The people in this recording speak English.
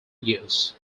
use